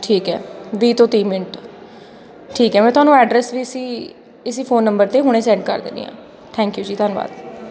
ਠੀਕ ਹੈ ਵੀਹ ਤੋਂ ਤੀਹ ਮਿੰਟ ਠੀਕ ਹੈ ਮੈਂ ਤੁਹਾਨੂੰ ਐਡਰੈਸ ਵੀ ਇਸ ਇਸ ਫੋਨ ਨੰਬਰ 'ਤੇ ਹੁਣੇ ਸੈਂਡ ਕਰ ਦਿੰਦੀ ਹਾਂ ਥੈਂਕ ਯੂ ਜੀ ਧੰਨਵਾਦ